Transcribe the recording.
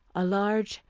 a large,